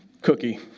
cookie